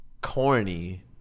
Corny